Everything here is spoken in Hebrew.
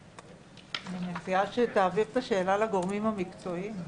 אני מציעה שתעביר את השאלה לגורמים המקצועיים.